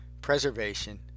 preservation